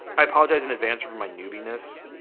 i apologize in advance for my newbie-ness.